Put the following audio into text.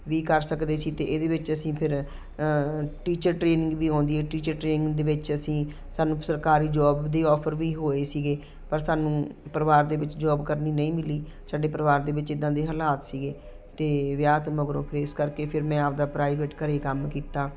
ਵੀ ਕਰ ਸਕਦੇ ਸੀ ਅਤੇ ਇਹਦੇ ਵਿੱਚ ਅਸੀਂ ਫਿਰ ਟੀਚਰ ਟਰੇਨਿੰਗ ਵੀ ਆਉਂਦੀ ਹੈ ਟੀਚਰ ਟਰੇਨਿੰਗ ਦੇ ਵਿੱਚ ਅਸੀਂ ਸਾਨੂੰ ਸਰਕਾਰੀ ਜੋਬ ਦੀ ਓਫਰ ਵੀ ਹੋਏ ਸੀਗੇ ਪਰ ਸਾਨੂੰ ਪਰਿਵਾਰ ਦੇ ਵਿੱਚ ਜੋਬ ਕਰਨੀ ਨਹੀਂ ਮਿਲੀ ਸਾਡੇ ਪਰਿਵਾਰ ਦੇ ਵਿੱਚ ਇੱਦਾਂ ਦੇ ਹਲਾਤ ਸੀਗੇ ਤਾਂ ਵਿਆਹ ਤੋਂ ਮਗਰੋਂ ਫਿਰ ਇਸ ਕਰਕੇ ਫਿਰ ਮੈਂ ਆਪਣਾ ਪ੍ਰਾਈਵੇਟ ਘਰ ਕੰਮ ਕੀਤਾ